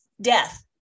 death